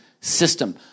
system